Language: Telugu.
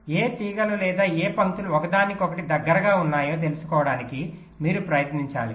ఏ తీగలు లేదా ఏ పంక్తులు ఒకదానికొకటి దగ్గరగా ఉన్నాయో తెలుసుకోవడానికి మీరు ప్రయత్నించాలి